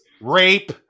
Rape